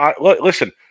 Listen